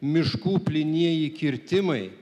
miškų plynieji kirtimai